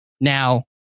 Now